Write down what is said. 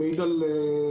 מעיד על תקיפות.